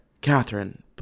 Catherine